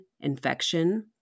infection